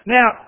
Now